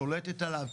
שולטת עליו.